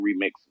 remix